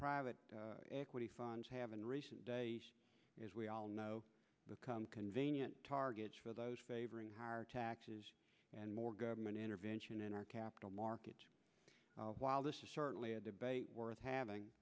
private equity funds have in recent years we all know become convenient targets for those favoring higher taxes and more government intervention in our capital markets while this is certainly worth having